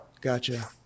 Gotcha